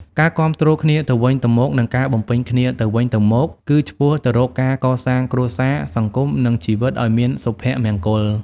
ការគាំទ្រគ្នាទៅវិញទៅមក និងការបំពេញគ្នាទៅវិញទៅមក គឺឆ្ពោះទៅរកការកសាងគ្រួសារ សង្គម និងជីវិតឲ្យមានសុភមង្គល។